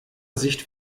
sicht